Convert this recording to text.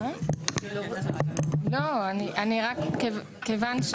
לא, אני רק, כיוון ,